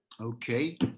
Okay